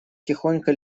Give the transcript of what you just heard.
тихонько